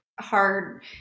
hard